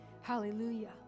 hallelujah